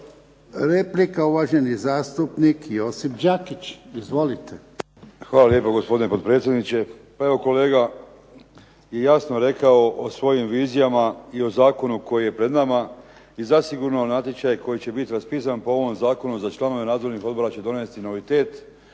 Hvala lijepo, gospodine potpredsjedniče. Pa evo kolega je jasno rekao o svojim vizijama i o zakonu koji je pred nama i zasigurno natječaj koji će bit raspisan po ovom zakonu za članove nadzornih odbora će donesti novitet